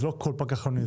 זה לא כל פקח עירוני,